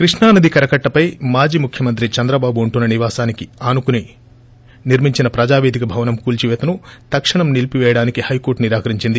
కృష్ణా నది కరకట్టపై మాజీ ముఖ్యమంత్రి చంద్రబాబు ఉంటున్న నివాసానికి ఆనుకుని నిర్మించిన ప్రజాపేదిక భవనం కూల్సిపేతను తక్షణం నిలీపిపేయడానికి హైకోర్లు నిరొకరించింది